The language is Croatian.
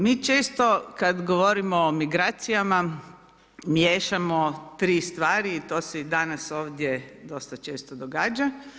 Mi često kada govorimo o migracijama miješamo 3 stvari, to se i danas ovdje dosta često događa.